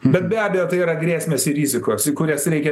bet be abejo tai yra grėsmės ir rizikos į kurias reikia